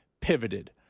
pivoted